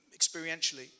experientially